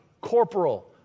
Corporal